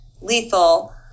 lethal